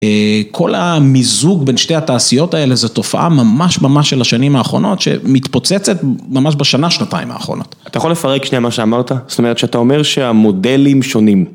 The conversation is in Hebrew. כל המיזוג בין שתי התעשיות האלה זו תופעה ממש ממש של השנים האחרונות שמתפוצצת ממש בשנה שנתיים האחרונות. אתה יכול לפרק שנייה מה שאמרת? זאת אומרת שאתה אומר שהמודלים שונים.